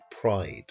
Pride